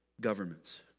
governments